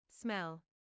smell